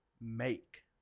make